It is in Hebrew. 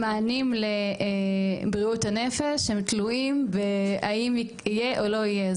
המענים לבריאות הנפש תלויים בהאם יהיה או לא יהיה.